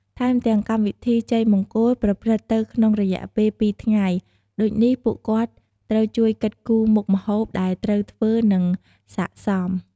ថែមទាំងកម្មវិធីជ័យមង្គលប្រព្រឹត្តទៅក្នុងរយៈពេលពីរថ្ងៃ ដូចនេះពួកគាត់ត្រូវជួយគិតគូមុខម្ហូបដែលត្រូវធ្វើនិងសិក្កសម។